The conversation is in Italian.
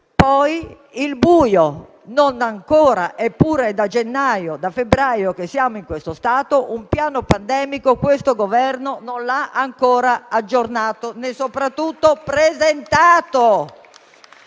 poi il buio: non c'è ancora, eppure è da gennaio-febbraio che siamo in questo stato e un piano per la pandemia questo Governo non l'ha ancora aggiornato, né soprattutto presentato!